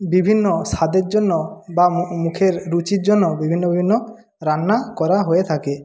বিভিন্ন স্বাদের জন্য বা মুখের রুচির জন্য বিভিন্ন বিভিন্ন রান্না করা হয়ে থাকে